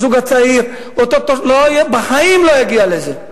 הזוג הצעיר בחיים לא יגיע לזה.